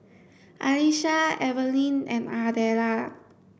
Alecia Evelyne and Ardella